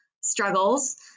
struggles